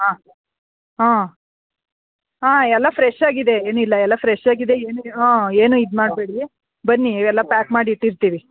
ಹಾಂ ಹಾಂ ಹಾಂ ಎಲ್ಲ ಫ್ರೆಶ್ ಆಗಿದೆ ಏನಿಲ್ಲ ಎಲ್ಲ ಫ್ರೆಶ್ ಆಗಿದೆ ಏನು ಹಾಂ ಏನೂ ಇದು ಮಾಡ್ಬೇಡಿ ಬನ್ನಿ ಎಲ್ಲ ಪ್ಯಾಕ್ ಮಾಡಿ ಇಟ್ಟಿರ್ತೀವಿ